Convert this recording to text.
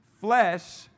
Flesh